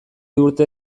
urte